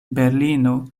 berlino